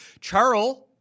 Charles